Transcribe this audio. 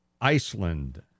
Iceland